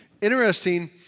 Interesting